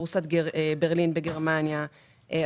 בורסת ברלין בגרמניה,